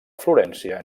florència